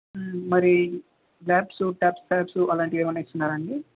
మరి labs touch tabs అలాంటివి ఏమన్నా ఇస్తున్నారా అండి